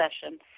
session